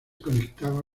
conectaba